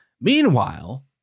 Meanwhile